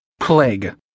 Plague